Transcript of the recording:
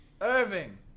Irving